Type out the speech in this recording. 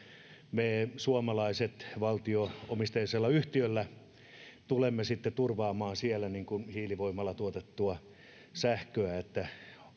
me suomalaiset tulemme valtio omisteisella yhtiöllä sitten turvaamaan siellä hiilivoimalla tuotettua sähköä että